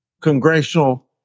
congressional